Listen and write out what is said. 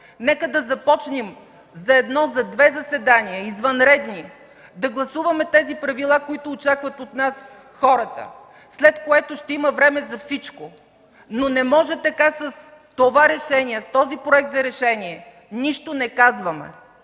Нека да започнем за едно, за две извънредни заседания, да гласуваме тези правила, които очакват от нас хората, след което ще има време за всичко, но не може с това решение. С този Проект за решение нищо не казваме.